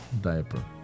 Diaper